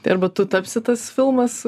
tai arba tu tapsi tas filmas